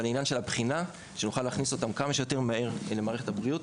אבל לעניין הבחינה שנוכל להכניס אותם כמה שיותר מהר למערכת הבריאות.